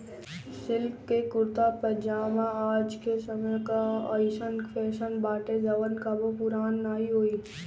silk के कुरता पायजामा आज के समय कअ अइसन फैशन बाटे जवन कबो पुरान नाइ होई